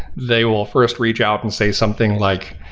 they will first reach out and say something like,